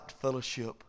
fellowship